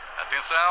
Atenção